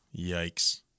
Yikes